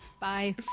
Bye